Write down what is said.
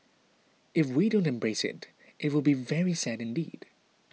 if we don't embrace it it will be very sad indeed